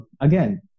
Again